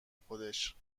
خودش